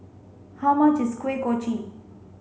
how much is Kuih Kochi